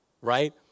right